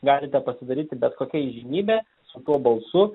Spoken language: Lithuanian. galite pasidaryti bet kokia įžymybe su tuo balsu